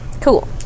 Cool